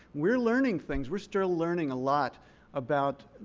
we're learning things. we're still learning a lot about